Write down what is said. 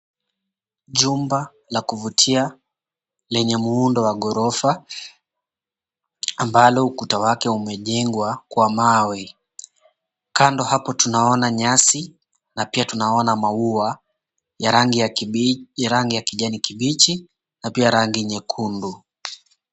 Jumba la kuvutia lenye muundo wa ghorofa ambalo ukuta wake umejengwa kwa mawe. Kando hapo tunaona nyasi na pia tunaona maua ya rangi ya kibichi ya rangi ya kijani kibichi na pia rangi nyekundu.